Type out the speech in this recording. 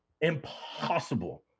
Impossible